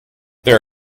there